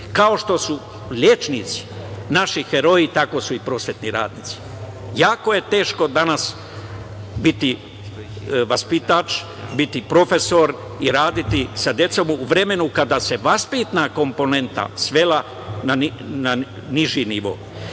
kao što su lekari, naši heroji, tako su i prosvetni radnici. Jako je teško danas biti vaspitač, biti profesor i raditi sa decom u vremenu kada se vaspitna komponenta svela na niži